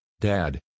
Dad